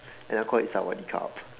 and I'll call it Sawadee-Khrup